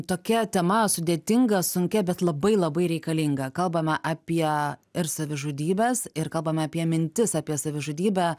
tokia tema sudėtinga sunkia bet labai labai reikalinga kalbame apie ir savižudybes ir kalbame apie mintis apie savižudybę